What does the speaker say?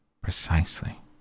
Precisely